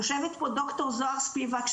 יושבת פה ד"ר זוהר ספיבק,